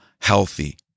healthy